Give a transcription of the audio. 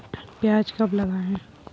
प्याज कब लगाएँ?